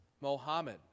Mohammed